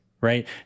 right